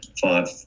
Five